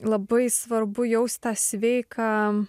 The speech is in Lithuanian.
labai svarbu jaust tą sveiką